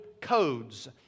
codes